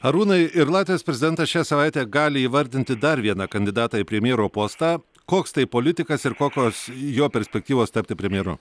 arūnai ir latvijos prezidentas šią savaitę gali įvardinti dar vieną kandidatą į premjero postą koks tai politikas ir kokios jo perspektyvos tapti premjeru